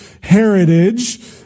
heritage